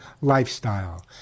lifestyle